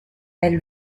elle